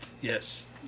yes